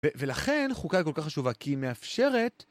ולכן חוקה היא כל כך חשובה כי היא מאפשרת